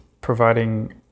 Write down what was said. providing